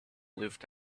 lived